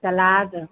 salad